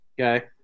okay